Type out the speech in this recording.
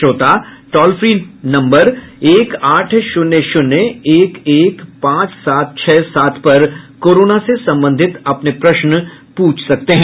श्रोता toll free phone number एक आठ शून्य शून्य एक एक पांच सात छह सात पर कोरोना से संबंधित अपने प्रश्न पूछ सकते हैं